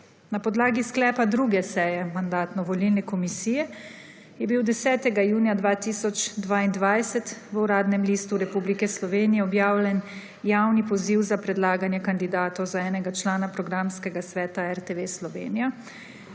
Na podlagi sklepa druge seje Mandatno-volilni komisije je bil 10. junija 2022 v Uradnem listi Republike Slovenije objavljen javni poziv za predlaganje kandidatov za enega člana programskega sveta RTV Slovenija,